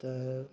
तऽ